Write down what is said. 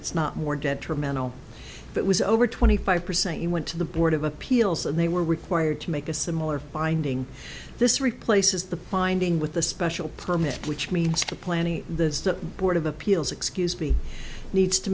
it's not more detrimental but was over twenty five percent he went to the board of appeals and they were required to make a similar finding this replaces the finding with the special permit which means the planning the board of appeals excuse me needs to